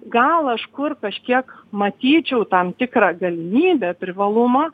gal aš kur kažkiek matyčiau tam tikrą galimybę privalumą